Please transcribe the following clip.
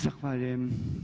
Zahvaljujem.